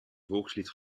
volkslied